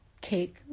cake